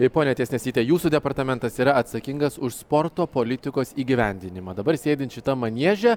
tai ponia tiesnesyte jūsų departamentas yra atsakingas už sporto politikos įgyvendinimą dabar sėdint šitam manieže